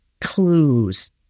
clues